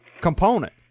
component